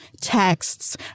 texts